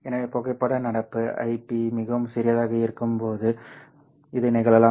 எனவே புகைப்பட நடப்பு Iph மிகவும் சிறியதாக இருக்கும்போது இது நிகழலாம்